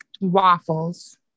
waffles